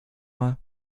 mal